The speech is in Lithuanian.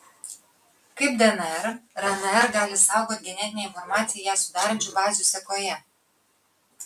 kaip dnr rnr gali saugoti genetinę informaciją ją sudarančių bazių sekoje